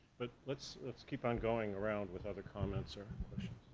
but let's let's keep on going around with other comments or questions.